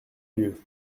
lieu